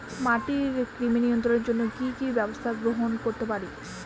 মাটির কৃমি নিয়ন্ত্রণের জন্য কি কি ব্যবস্থা গ্রহণ করতে পারি?